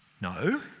No